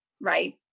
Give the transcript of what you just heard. right